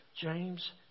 James